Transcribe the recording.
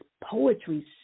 poetry